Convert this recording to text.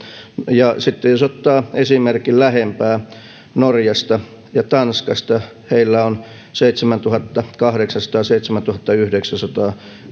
ja sitten jos ottaa esimerkin lähempää norjasta ja tanskasta heillä on kuukausipalkka seitsemäntuhattakahdeksansataa viiva seitsemäntuhattayhdeksänsataa